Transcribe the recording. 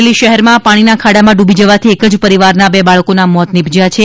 અમરેલી શહેરમાં પાણીના ખાડામાં ડુબી જવાથી એક જ પરિવારના બે બાળકોના મોત નિપજ્યા છે